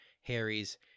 Harry's